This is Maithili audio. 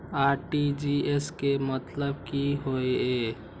आर.टी.जी.एस के मतलब की होय ये?